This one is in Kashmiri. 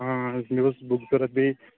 اہن حظ مےٚ اوس بُک ضرَوٗرت بیٚیہِ